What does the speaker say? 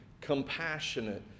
compassionate